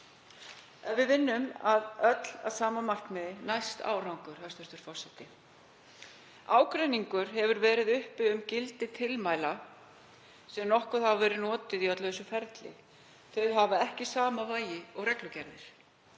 við vinnum öll að sama markmiði næst árangur, hæstv. forseti. Ágreiningur hefur verið um gildi tilmæla, sem nokkuð hafa verið notuð, í öllu þessu ferli. Þau hafa ekki sama vægi og reglugerðir.